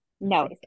No